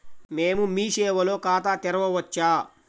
మేము మీ సేవలో ఖాతా తెరవవచ్చా?